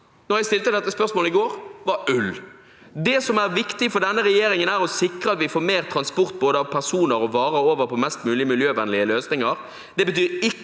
da jeg stilte spørsmålet i går, var «ull». Det som er viktig for denne regjeringen, er å sikre at vi får mer transport av både personer og varer over på mest mulig miljøvennlige løsninger.